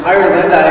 Ireland